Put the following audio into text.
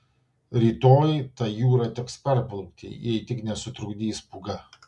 rytoj tą jūrą teks perplaukti jeigu tik nesutrukdys pūga